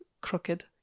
crooked